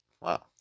Wow